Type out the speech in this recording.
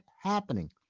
happening